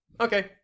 Okay